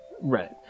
Right